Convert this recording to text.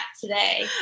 today